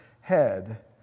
head